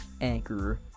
Anchor